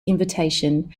invitation